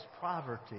poverty